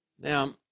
Now